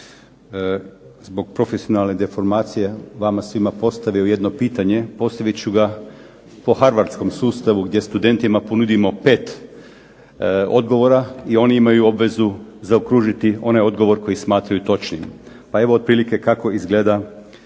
zbog profesionalne deformacije vama svima postavio jedno pitanje. Postavit ću ga po harwardskom sustavu gdje studentima ponudimo 5 odgovora i oni imaju obvezu zaokružiti onaj odgovor koji smatraju točnim. Pa evo otprilike kako izgleda